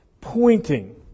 pointing